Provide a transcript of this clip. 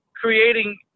creating